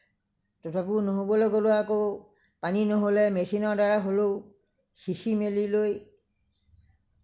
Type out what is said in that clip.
তথাপিও নহবলৈ গ'লে আকৌ পানী নহ'লে মেচিনৰ দ্বাৰা হ'লেও সিচি মেলি লৈ